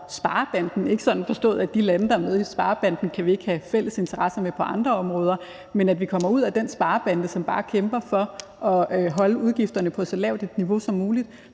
sparebanden, ikke sådan forstået, at de lande, der er med i sparebanden, kan vi ikke have fælles interesser med på andre områder, men at vi kommer ud af den sparebande, som bare kæmper for at holde udgifterne på så lavt et niveau som muligt.